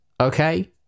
Okay